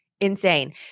Insane